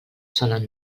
solen